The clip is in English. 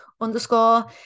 underscore